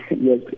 Yes